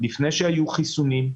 לפני שהיו חיסונים,